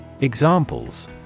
Examples